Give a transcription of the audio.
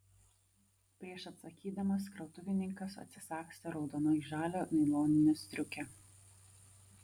prieš atsakydamas krautuvininkas atsisagstė raudonai žalią nailoninę striukę